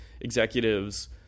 executives